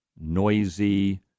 noisy